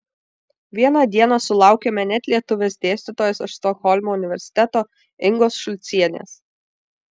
vieną dieną sulaukėme net lietuvės dėstytojos iš stokholmo universiteto ingos šulcienės